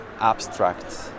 abstract